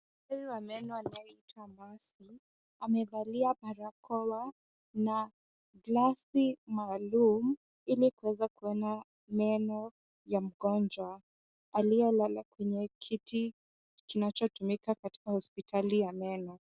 Daktari wa meno anayeitwa Mercy amevalia barakoa na glasi maalum ili kuweza kuona meno ya mgonjwa aliyelala kwenye kiti kinachotumika katika hospitali ya meno.